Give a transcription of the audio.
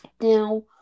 Now